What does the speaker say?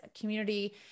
community